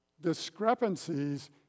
discrepancies